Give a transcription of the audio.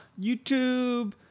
YouTube